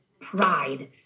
pride